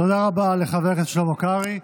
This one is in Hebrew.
תודה רבה לחבר הכנסת שלמה קרעי.